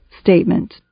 statement